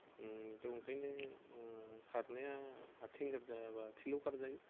आरो त' ओंखायनो खारनाया आथिंगोजाबा फिल्डआव खारजायो